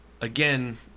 again